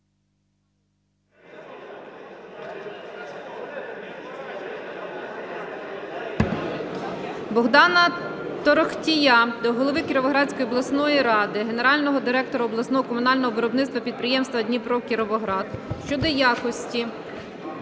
Богдана Торохтія до голови Кіровоградської обласної ради, Генерального директора обласного комунального виробничого підприємства "Дніпро-Кіровоград" щодо якості